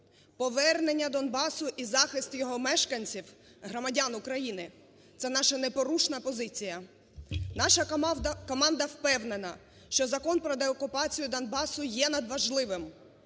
Повернення Донбасу і захист його мешканців, громадян України, – це наша непорушна позиція. Наша команда впевнена, що Закон про деокупацію Донбасу є надважливим.